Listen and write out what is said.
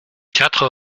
quatre